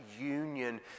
union